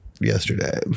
yesterday